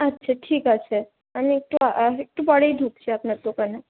আচ্ছা ঠিক আছে আমি একটু আর একটু পরেই ঢুকছি আপনার দোকানে